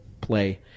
play